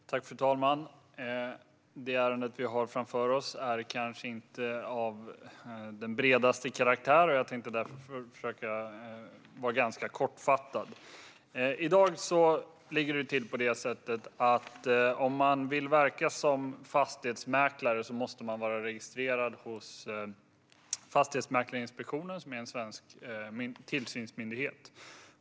Påminnelse vid ute-bliven betalning av årlig avgift enligt fastighetsmäklarlagen Fru talman! Det ärende vi har framför oss är kanske inte av den bredaste karaktären, och jag tänkte därför försöka vara ganska kortfattad. I dag ligger det till på det sättet att den som vill verka som fastighetsmäklare måste vara registrerad hos Fastighetsmäklarinspektionen, som är en svensk tillsynsmyndighet.